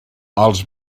els